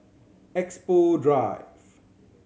Expo Drive